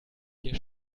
hier